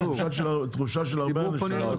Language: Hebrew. זו התחושה של הרבה אנשים,